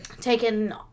Taken